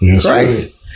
Christ